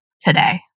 today